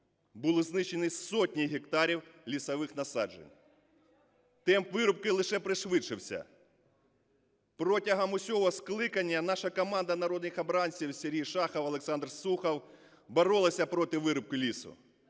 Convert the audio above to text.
були знищені сотні гектарів лісових насаджень. Темп вирубки лише пришвидшився. Протягом усього скликання наша команда народних обранців, Сергій Шахов, Олександр Сухов, боролися проти вирубки лісу,